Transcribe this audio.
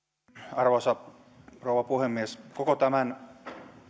arvoisa rouva puhemies koko tämän